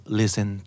listen